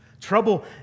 trouble